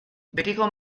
betiko